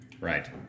Right